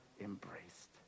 embraced